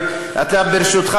ברשותך,